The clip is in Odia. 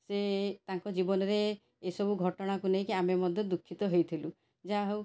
ସେ ତାଙ୍କ ଜୀବନରେ ଏସବୁ ଘଟଣାକୁ ନେଇକି ଆମେ ମଧ୍ୟ ଦୁଃଖିତ ହେଇଥିଲୁ ଯାହା ହେଉ